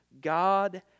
God